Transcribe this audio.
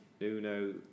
Nuno